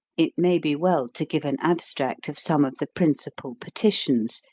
it may be well to give an abstract of some of the principal petitions,